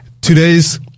Today's